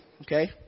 Okay